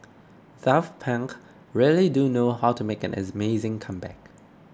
Daft Punk really do know how to make an amazing comeback